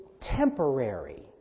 temporary